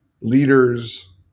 leaders